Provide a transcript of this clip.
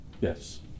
Yes